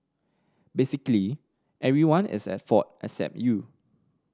basically everyone is at fault except you